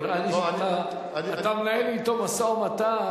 נראה לי שאתה מנהל אתו משא-ומתן.